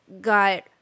got